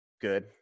good